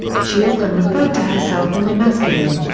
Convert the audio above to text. she often referred to herself in the masculine,